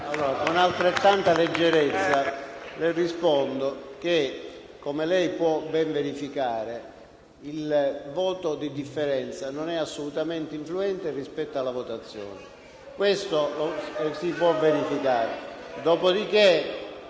Con altrettanta leggerezza, le rispondo che, come lei può ben verificare, il voto di differenza non è assolutamente influente rispetto alla votazione. SANTANGELO *(M5S)*.